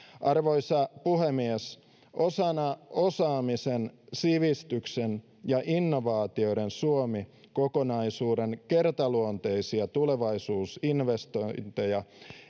arvoisa puhemies osana osaamisen sivistyksen ja innovaatioiden suomi kokonaisuuden kertaluonteisia tulevaisuusinvestointeja